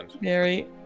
Mary